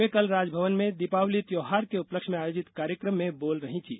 वे कल राजभवन में दीपावली त्यौहार के उपलक्ष्य में आयोजित कार्यक्रम में बोल रही थी